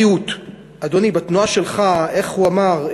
הבריאות, אדוני, בתנועה שלך, איך הוא אמר,